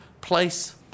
place